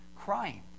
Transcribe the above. crying